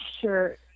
Sure